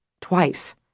Twice